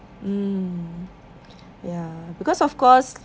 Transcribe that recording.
mm ya because of course